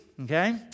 Okay